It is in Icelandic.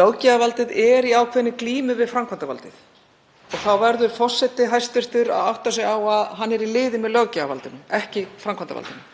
Löggjafarvaldið er í ákveðinni glímu við framkvæmdarvaldið og þá verður hæstv. forseti að átta sig á að hann er í liði með löggjafarvaldinu, ekki framkvæmdarvaldinu.